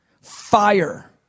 Fire